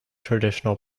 traditional